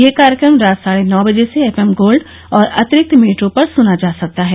यह कार्यक्रम रात साढे नौ बजे से एफएम गोल्ड और अतिरिक्त मीटरों पर सुना जा सकता है